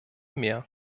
mehr